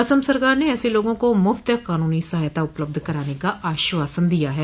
असम सरकार ने ऐसे लोगों को मुफ्त कानूनी सहायता उपलब्ध कराने का आश्वासन दिया है